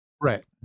Right